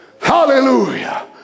hallelujah